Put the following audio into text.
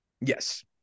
yes